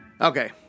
Okay